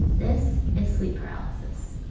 this is sleep paralysis.